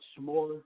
more